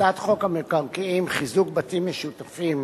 הצעת חוק המקרקעין (חיזוק בתים משותפים